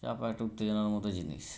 চাপা একটা উত্তেজনার মতো জিনিস